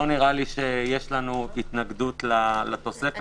- לא נראה לי שיש לנו התנגדות לתוספת הזו.